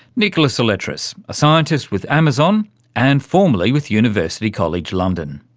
nikolaos aletras, a scientist with amazon and formerly with university college london.